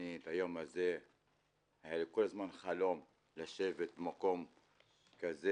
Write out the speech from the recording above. היה לי כל הזמן חלום לשבת במקום כזה,